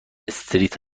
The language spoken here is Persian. استریت